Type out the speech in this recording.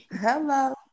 Hello